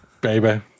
baby